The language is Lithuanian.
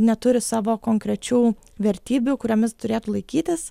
neturi savo konkrečių vertybių kuriomis turėtų laikytis